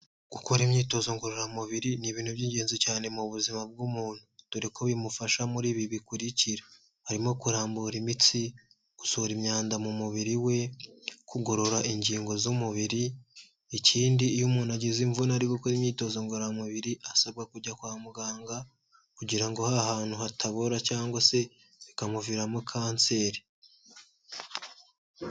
Gukora imyitozo ngororamubiri ni ibintu by'ingenzi cyane mu buzima bw'umuntu dore ko bimufasha muri ibi bikurikira, harimo: kurambura imitsi, gusohora imyanda mu mubiri we, kugorora ingingo z'umubiri. Ikindi iyo umuntu agize imvune ari gukora imyitozo ngororamubiri, asabwa kujya kwa muganga kugira ngo hahantu hatabora cyangwa se bikamuviramo kanseri.